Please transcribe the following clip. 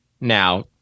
Now